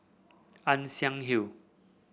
Ann Siang Hill